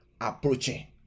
approaching